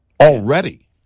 already